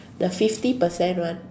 the fifty percent one